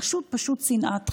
פשוט שנאת חינם.